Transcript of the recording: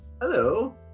Hello